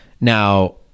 Now